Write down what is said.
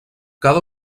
cada